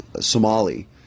Somali